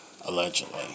allegedly